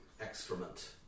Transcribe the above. excrement